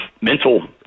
mental